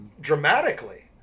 Dramatically